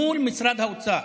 מול משרד האוצר.